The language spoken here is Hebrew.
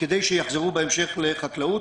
כדי שיחזרו בהמשך לחקלאות.